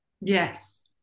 yes